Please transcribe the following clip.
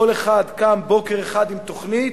כל אחד קם בוקר אחד עם תוכנית.